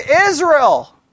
Israel